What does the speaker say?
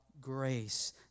grace